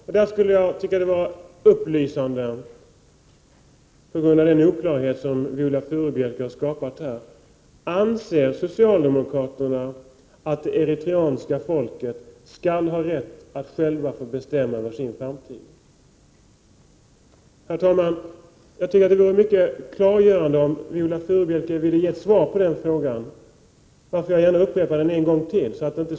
Med anledning av den oklarhet som Viola Furubjelke har skapat tycker jag att det skulle vara upplysande att få veta om socialdemokraterna anser att det eritreanska folket skall ha rätt att självt få bestämma över sin framtid. Jag tycker att det skulle vara mycket klargörande om Viola Furubjelke ville ge ett svar på den frågan. Därför vill jag gärna upprepa den en gång till, så att den = Prot.